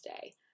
Day